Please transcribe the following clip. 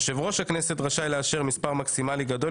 יושב-ראש הכנסת רשאי לאשר מספר מקסימלי גדול